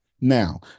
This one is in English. Now